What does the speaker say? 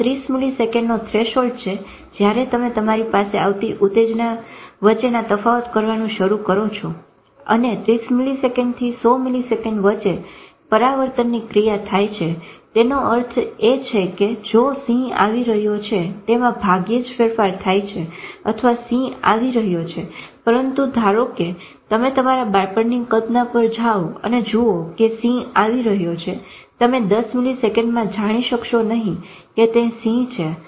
આ 30 મીલીસેકંડનો થ્રેશોલ્ડ છે જયારે તમે તમારી પાસે આવતી ઉતેજના વચ્ચે તફાવત કરવાનું શરુ કરો છો અને 30 મીલીસેકંડ થી 100 મીલીસેકંડ વચ્ચે પરાવર્તનની ક્રિયા થાય છે તેનો અર્થ એ છે કે જો સિંહ આવી રહ્યો છે તેમાં ભાગ્યે જ ફેરફાર થાય છે અથવા સિંહ આવી રહ્યો છે પરંતુ ધારો કે તમે તમારા બાળપણની કલ્પના પર જાઓ અને જુઓ કે સિંહ આવી રહ્યો છે તમે 10 મીલીસેકંડમાં જાણી શકશો નહી કે તે સિંહ છે